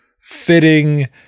fitting